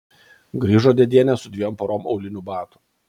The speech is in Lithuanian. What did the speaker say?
grįžo dėdienė su dviem porom aulinių batų